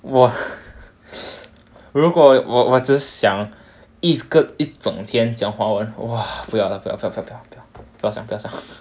我如果我我只想一个一整天讲华文 !wah! 不要了不要不要不要不要不要这样不要这样